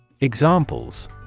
Examples